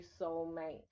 soulmate